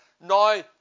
now